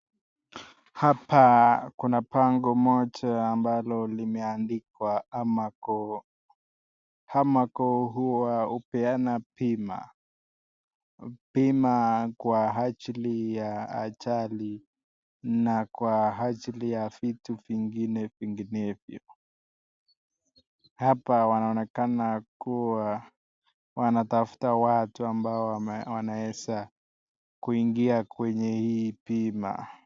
Hapa kuna bango moja ambalo limeandikwa Amaco. Amaco huwa hupeana bima. Bima kwa ajili ya ajali na kwa ajili ya vitu vinginevyo. Hapa wanaonekana kuwa wanatafuta watu ambao wanaweza kuingia kwenye hii bima.